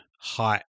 height